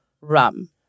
Rum